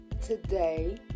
Today